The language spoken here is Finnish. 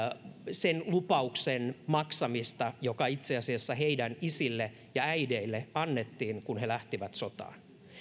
sen lupauksen maksamista joka itse asiassa heidän isilleen ja äideilleen annettiin kun he lähtivät sotaan